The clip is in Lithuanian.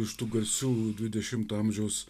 iš tų garsių dvidešimto amžiaus